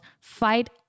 Fight